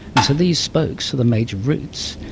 and so these spokes are the major routes,